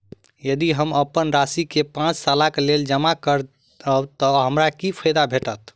यदि हम अप्पन राशि केँ पांच सालक लेल जमा करब तऽ हमरा की फायदा भेटत?